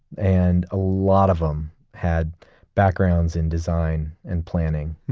and a lot of them had backgrounds in design and planning,